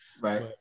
Right